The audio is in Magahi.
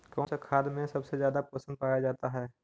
कौन सा खाद मे सबसे ज्यादा पोषण पाया जाता है?